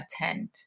attend